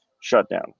shutdown